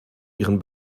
ihren